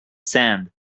sand